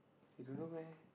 you don't know meh